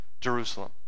Jerusalem